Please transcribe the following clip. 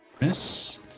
...miss